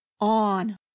on